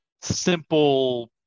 simple